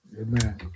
Amen